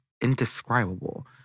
indescribable